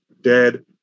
dead